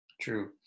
True